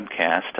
webcast